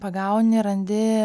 pagauni randi